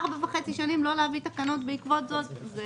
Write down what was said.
במשך ארבע שנים וחצי לא להביא תקנות בעקבות זה זה